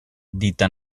dita